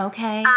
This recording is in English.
Okay